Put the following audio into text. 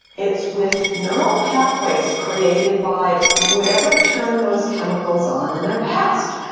it's with neuro pathways created by whatever turn those chemicals on in their past.